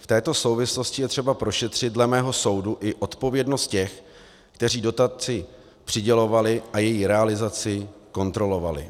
V této souvislosti je třeba prošetřit dle mého soudu i odpovědnost těch, kteří dotaci přidělovali a její realizaci kontrolovali.